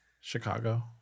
Chicago